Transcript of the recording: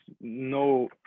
no